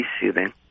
soothing